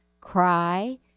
cry